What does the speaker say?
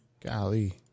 Golly